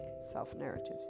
self-narratives